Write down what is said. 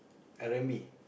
r-and-b